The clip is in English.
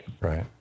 Right